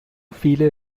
viele